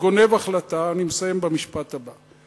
גונב החלטה, אני מסיים במשפט הבא.